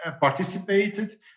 participated